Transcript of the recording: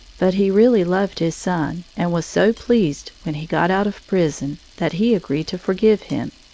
but he really loved his son and was so pleased when he got out of prison that he agreed to forgive him,